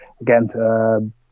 again